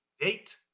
date